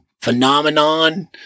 phenomenon